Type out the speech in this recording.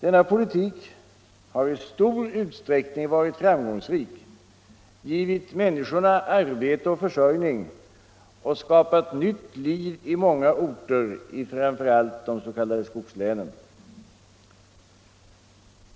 Denna politik har i stor utsträckning varit framgångsrik, givit människorna arbete och försörjning och skapat nytt liv i många orter i framför allt de s.k. skogslänen.